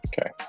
Okay